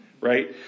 right